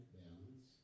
balance